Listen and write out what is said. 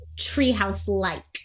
Treehouse-like